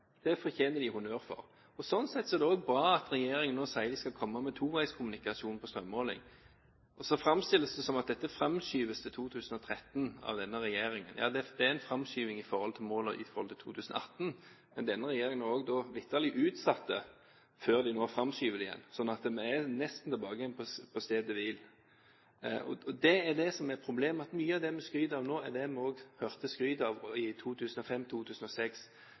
Det fortjener den honnør for. Slik sett er det også bra at regjeringen nå sier at de skal komme med toveiskommunikasjon på strømmåling. Så framstilles det som at dette framskyves til 2013 av denne regjeringen. Ja, det er en framskyving i forhold til målet, som var 2018. Men denne regjeringen utsatte vitterlig dette før de nå framskyver det igjen, så vi er nesten tilbake på stedet hvil. Det som er problemet, er at mye av det vi skryter av nå, er det vi også hørte skryt av i 2005–2006. Representanten Børge Brende fremmet en debatt om kraftsituasjonen i Midt-Norge i november 2005.